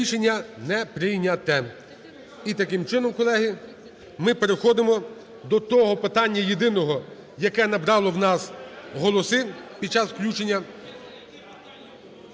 Рішення не прийнято. І таким чином, колеги, ми переходимо до того питання єдиного, яке набрало у нас голоси під час включення.